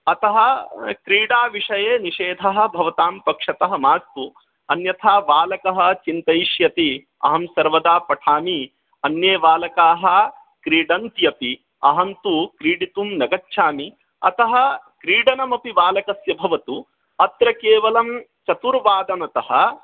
अतः क्रीडाविषये निषेधः भवतां पक्षतः मास्तु अन्यथा बालकः चिन्तयिष्यति अहं सर्वदा पठामि अन्ये बालकाः क्रीडन्ति अपि अहं तु क्रीडितुं न गच्छामि अतः क्रीडनम् अपि बालकस्य भवतु अत्र केवलं चतुर्वादनतः